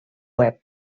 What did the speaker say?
web